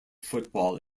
football